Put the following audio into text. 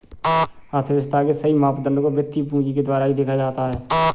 अर्थव्यव्स्था के सही मापदंड को वित्तीय पूंजी के द्वारा ही देखा जाता है